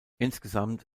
insgesamt